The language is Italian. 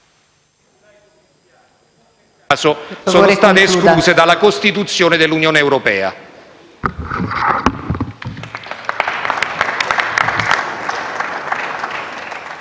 sono state escluse dalla Costituzione dell'Unione europea.